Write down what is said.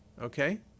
Okay